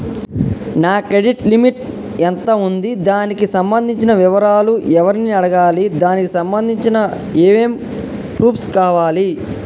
నా credit limit ఎంత ఉంది? దానికి సంబంధించిన వివరాలు ఎవరిని అడగాలి? దానికి సంబంధించిన ఏమేం ప్రూఫ్స్ కావాలి?